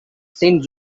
saint